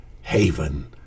haven